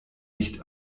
nicht